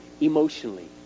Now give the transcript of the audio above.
emotionally